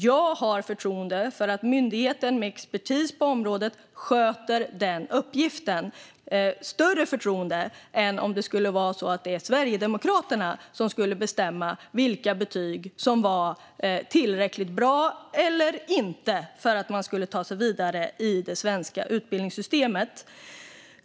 Jag har förtroende för att myndigheten med expertis på området sköter den uppgiften - större förtroende än om det skulle vara Sverigedemokraterna som bestämde vilka betyg som är tillräckligt bra eller inte för att ta sig vidare i det svenska utbildningssystemet.